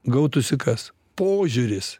gautųsi kas požiūris